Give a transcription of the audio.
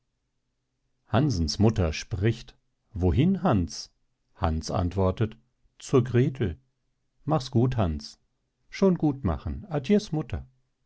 hansens mutter spricht wohin hans hans antwortet zur grethel machs gut hans schon gut machen adies mutter